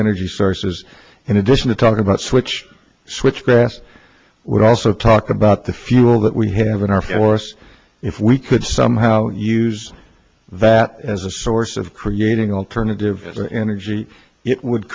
energy sources in addition to talking about switch switchgrass would also talk about the fuel that we have in our forests if we could somehow use that as a source of creating alternative energy it would